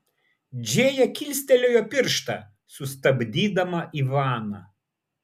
džėja kilstelėjo pirštą sustabdydama ivaną